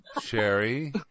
Sherry